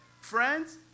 Friends